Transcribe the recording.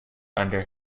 under